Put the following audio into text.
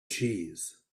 cheese